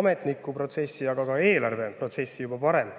ametniku protsessi ning ka eelarve protsessi juba varem.